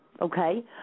okay